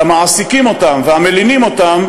על המעסיקים אותם והמלינים אותם,